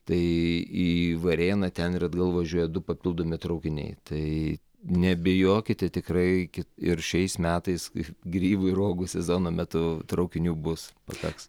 tai į varėną ten ir atgal važiuoja du papildomi traukiniai tai neabejokite tikrai ir šiais metais grybų ir uogų sezono metu traukinių bus pakaks